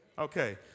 Okay